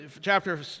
Chapter